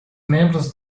membros